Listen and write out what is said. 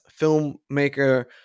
filmmaker